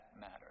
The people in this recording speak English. matter